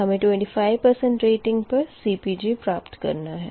हमें 25 रेटिंग पर CPg प्राप्त करना है